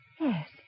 Yes